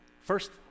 first